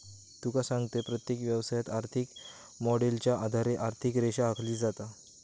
तुका सांगतंय, प्रत्येक व्यवसायात, आर्थिक मॉडेलच्या आधारे आर्थिक रेषा आखली जाता